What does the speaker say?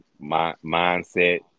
Mindset